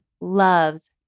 loves